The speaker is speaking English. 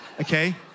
okay